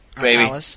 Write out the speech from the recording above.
Baby